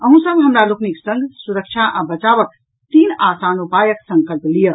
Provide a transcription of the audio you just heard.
अहूँ सब हमरा लोकनिक संग सुरक्षा आ बचावक तीन आसान उपायक संकल्प लियऽ